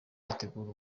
yateguye